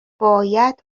باید